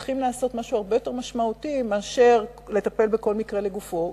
שצריך לעשות משהו הרבה יותר משמעותי מאשר לטפל בכל מקרה לגופו,